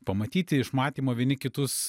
pamatyti iš matymo vieni kitus